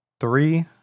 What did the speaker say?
Three